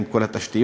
עם כל התשתיות,